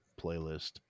playlist